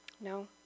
no